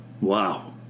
Wow